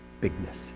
bigness